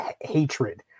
hatred